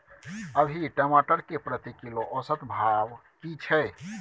अभी टमाटर के प्रति किलो औसत भाव की छै?